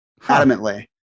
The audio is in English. Adamantly